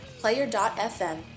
Player.fm